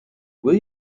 will